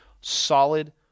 solid